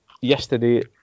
yesterday